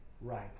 right